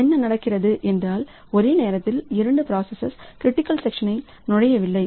எனவே என்ன நடக்கிறது என்றால் ஒரே நேரத்தில் இரண்டு ப்ராசஸ் கல் க்ரிட்டிக்கல் செக்ஷனில் நுழையவில்லை